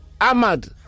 Ahmad